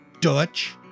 Dutch